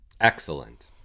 excellent